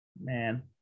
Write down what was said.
man